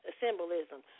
symbolism